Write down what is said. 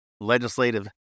legislative